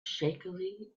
shakily